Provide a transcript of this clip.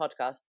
podcast